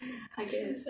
I guess